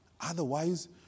Otherwise